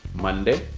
monday,